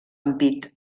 ampit